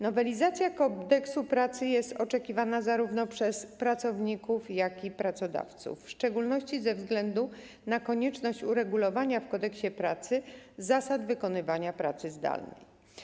Nowelizacja Kodeksu pracy jest oczekiwana zarówno przez pracowników, jak i pracodawców, w szczególności ze względu na konieczność uregulowania w Kodeksie pracy zasad wykonywania pracy zdalnej.